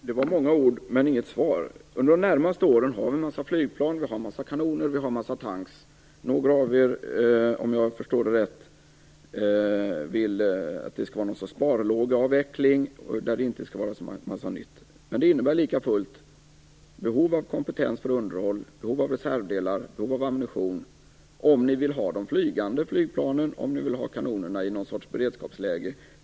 Herr talman! Det var många ord, men jag fick inget svar. Under de närmaste åren har vi en mängd flygplan, kanoner och tankrar. Om jag har förstått saken rätt vill några av er nu ha något slags sparlågeavveckling och att vi inte skall köpa in något nytt. Men det innebär likafullt att det finns behov av kompetens för underhåll, av reservdelar och ammunition om ni vill att flygplanen skall kunna flyga och om ni vill att kanonerna skall vara i beredskapsläge.